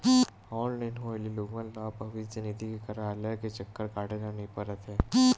online होए ले लोगन ल अब भविस्य निधि के कारयालय के चक्कर काटे ल नइ परत हे